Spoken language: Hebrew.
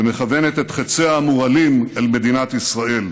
שמכוונת את חיציה המורעלים אל מדינת ישראל.